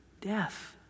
Death